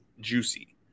juicy